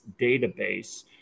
Database